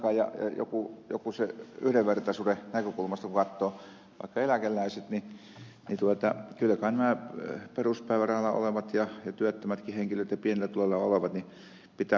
kun katsoo yhdenvertaisuuden näkökulmasta vaikka eläkeläisiä niin kyllä kai näitä peruspäivärahalla olevia ja työttömiäkin henkilöitä ja pienillä tuloilla olevia pitäisi kohdella samalla tavalla